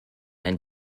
ein